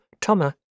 Thomas